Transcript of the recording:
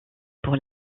pour